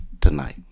tonight